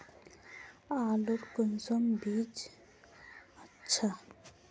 आलूर कुंसम बीज अच्छा?